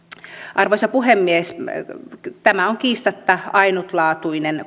arvoisa puhemies tämä on kiistatta ainutlaatuinen